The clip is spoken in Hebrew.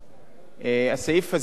הסעיף הזה נותן סמכות